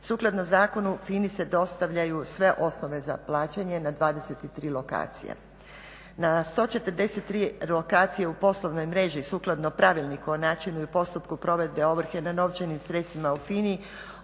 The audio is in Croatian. Sukladno zakonu FINA-i se dostavljaju sve osnove za plaćanje na 23 lokacije. Na 134 lokacije u poslovnoj mreži sukladno pravilniku o načinu i postupku provedbe ovrhe na novčanim sredstvima u FINA-i